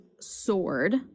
sword